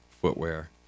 footwear